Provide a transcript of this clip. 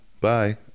Bye